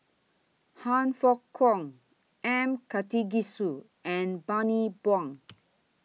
Han Fook Kwang M Karthigesu and Bani Buang